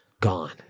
Gone